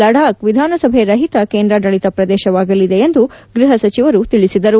ಲಡಾಖ್ ವಿಧಾನಸಭೆರಹಿತ ಕೇಂದ್ರಾಡಳಿತ ಪ್ರದೇಶವಾಗಲಿದೆ ಎಂದು ಗ್ಬಹ ಸಚಿವರು ತಿಳಿಸಿದರು